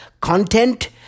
content